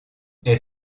elle